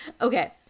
Okay